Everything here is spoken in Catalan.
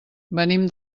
venim